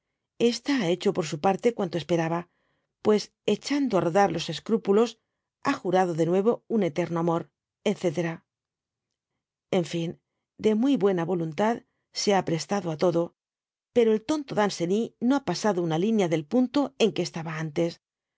esta ha hecho or sa parte cuanto esperaba pues hecbando á rodar los escrúpulos ha jurado de nuevo un eterno amor ete enfin de muy buena voluntad se ha prestado á todo pero el tonto danceny no ba pasado ana linea del punto en que estaba antes